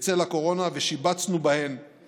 בצל הקורונה ושיבצנו בהן